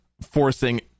forcing